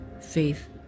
faith